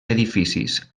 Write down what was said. edificis